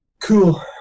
cool